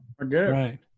Right